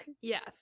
Yes